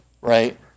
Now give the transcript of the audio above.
right